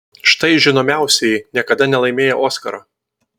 štai žinomiausieji niekada nelaimėję oskaro